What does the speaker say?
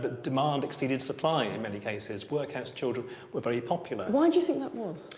but demand exceeded supply in many cases. workhouse children were very popular. why do you think that was?